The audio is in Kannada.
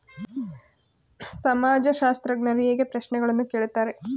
ಸಮಾಜಶಾಸ್ತ್ರಜ್ಞರು ಹೇಗೆ ಪ್ರಶ್ನೆಗಳನ್ನು ಕೇಳುತ್ತಾರೆ?